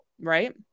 Right